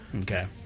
Okay